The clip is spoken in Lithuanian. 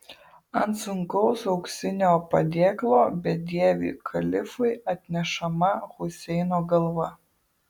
ant sunkaus auksinio padėklo bedieviui kalifui atnešama huseino galva